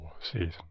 season